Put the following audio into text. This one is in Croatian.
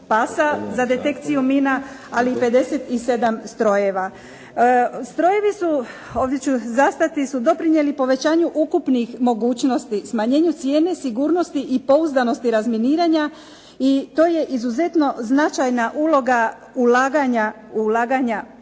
pasa za detekciju mina ali i 57 strojeva. Strojevi su, ovdje ću zastati, su doprinijeli povećanju ukupnih mogućnosti smanjenju cijene sigurnosti i pouzdanosti razminiranja i to je izuzetno značajna uloga ulaganja u